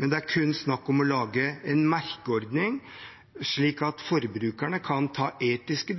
det er kun snakk om å lage en merkeordning, slik at forbrukerne kan ta etiske,